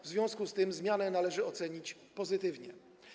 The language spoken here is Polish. W związku z tym zmianę należy ocenić pozytywnie.